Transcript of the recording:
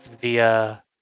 via